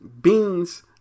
Beans